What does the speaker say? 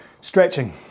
stretching